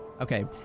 okay